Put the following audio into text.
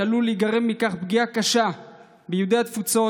כי מכך עלולה להיגרם פגיעה קשה ביהודי התפוצות,